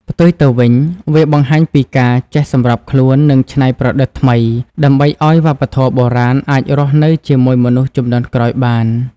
ផ្ទុយទៅវិញ វាបង្ហាញពីការចេះសម្របខ្លួន និងច្នៃប្រឌិតថ្មី ដើម្បីឲ្យវប្បធម៌បុរាណអាចរស់នៅជាមួយមនុស្សជំនាន់ក្រោយបាន។